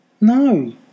No